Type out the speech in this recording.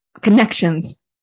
connections